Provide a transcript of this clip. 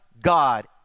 God